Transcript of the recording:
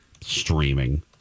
streaming